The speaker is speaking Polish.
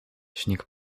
śnieg